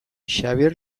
xabier